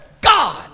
God